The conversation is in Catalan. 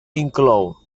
inclou